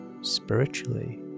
spiritually